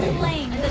lane